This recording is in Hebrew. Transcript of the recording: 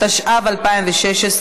התשע"ו 2016,